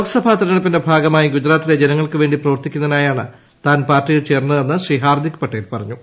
ലോക്സ്ഫഭാ ൂതരഞ്ഞെടുപ്പിന്റെ ഭാഗമായി ഗുജറാത്തിലെ ജനങ്ങൾക്ക് പ്രവർത്തിക്കുന്നതിനായാണ് താൻ പാർട്ടിയിൽ ചേർന്മുക്കുന്ന് ശ്രീ ഹാർദിക് പട്ടേൽ പറഞ്ഞു